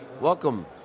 Welcome